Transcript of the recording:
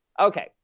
Okay